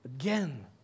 again